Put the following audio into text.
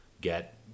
get